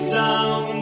down